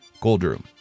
Goldroom